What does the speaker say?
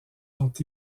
sont